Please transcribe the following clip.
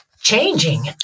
changing